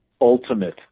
ultimate